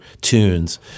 tunes